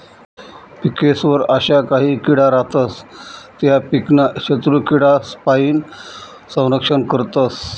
पिकेस्वर अशा काही किडा रातस त्या पीकनं शत्रुकीडासपाईन संरक्षण करतस